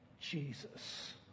Jesus